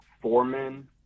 Foreman